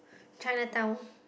Chinatown